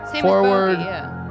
forward